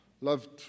loved